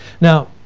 Now